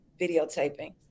videotaping